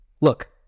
look